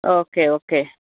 okay okay